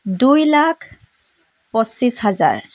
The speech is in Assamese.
দুই লাখ পঁচিছ হাজাৰ